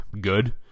good